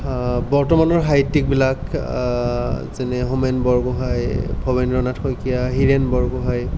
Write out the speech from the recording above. বৰ্তমানৰ সহিত্যিকবিলাক যেনে হোমেন বৰগোহাঁই ভবেন্দ্ৰ নাথ শইকীয়া হীৰেণ বৰগোহাঁই